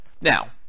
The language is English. Now